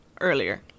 earlier